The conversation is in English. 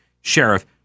sheriff